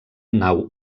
nau